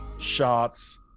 shots